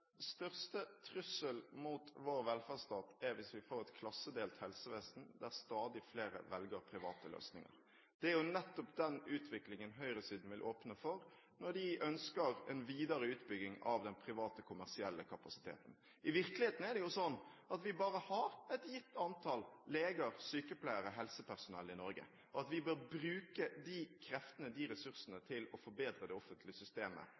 største trussel mot vår velferdsstat er hvis vi får et klassedelt helsevesen, der stadig flere velger private løsninger. Det er nettopp den utviklingen høyresiden vil åpne for når de ønsker en videre utbygging av den private kommersielle kapasiteten. I virkeligheten er det jo sånn at vi bare har et gitt antall leger, sykepleiere og helsepersonell i Norge. Vi bør bruke de kreftene og ressursene til å forbedre det offentlige systemet